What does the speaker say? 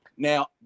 Now